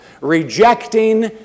Rejecting